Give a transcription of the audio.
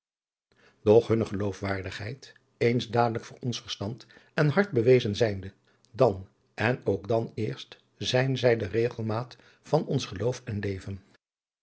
doch hunne geloofwaardigheid eens dadelijk voor ons verstand en hart bewezen zijnde dan en ook dan eerst zijn zij de regelmaat van ons geloof en leven